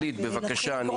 גלית, בבקשה.